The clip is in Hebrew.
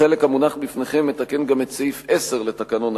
החלק המונח בפניכם מתקן גם את סעיף 10 לתקנון הכנסת,